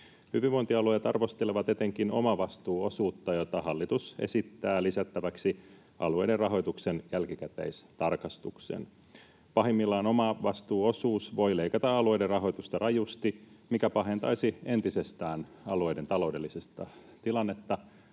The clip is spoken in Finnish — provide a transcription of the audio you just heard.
Hyvinvointialueet arvostelevat etenkin omavastuuosuutta, jota hallitus esittää lisättäväksi alueiden rahoituksen jälkikäteistarkastukseen. Pahimmillaan omavastuuosuus voi leikata alueiden rahoitusta rajusti, mikä pahentaisi entisestään alueiden taloudellista tilannetta,